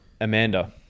Amanda